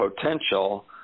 potential